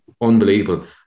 unbelievable